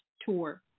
Tour